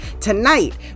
tonight